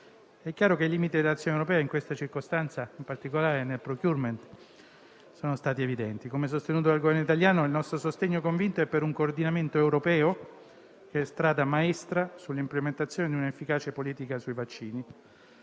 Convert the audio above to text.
è chiaro che i limiti dell'azione europea in questa circostanza, in particolare nel *procurement*, sono stati evidenti. Come sostenuto dal Governo italiano, il nostro sostegno convinto è per un coordinamento europeo che è strada maestra sull'implementazione di un'efficace politica sui vaccini.